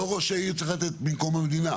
לא ראש העיר צריך לתת במקום המדינה.